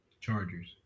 Chargers